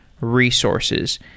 resources